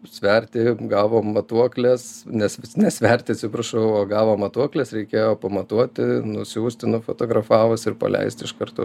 sverti galvom matuoklės nes nesverti atsiprašau o gavom matuokles reikėjo pamatuoti nusiųsti nufotografavus ir paleist iš karto